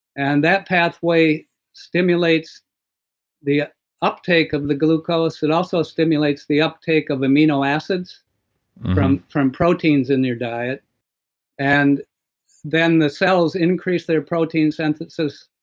and that pathway stimulates the ah uptake of the glucose. it also stimulates the uptake of amino acids from from proteins in your diet and then, the cells increase their protein synthesis,